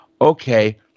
Okay